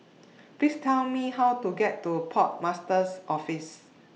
Please Tell Me How to get to Port Master's Office